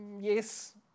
yes